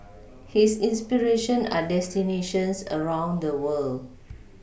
his inspiration are destinations around the world